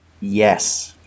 yes